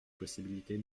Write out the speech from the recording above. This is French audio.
possibilités